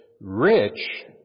rich